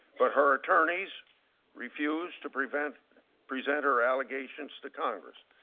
but her attorneys refused to present present her allegations to congress.